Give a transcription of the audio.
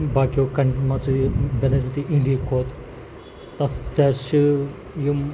باقٕیو کَن مانٛژٕ یہِ بنسبطِ اِنڈِہِکۍ کھۄتہٕ تَتھ تَتہِ حظ چھِ یِم